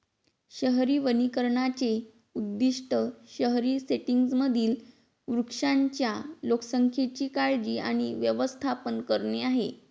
शहरी वनीकरणाचे उद्दीष्ट शहरी सेटिंग्जमधील वृक्षांच्या लोकसंख्येची काळजी आणि व्यवस्थापन करणे आहे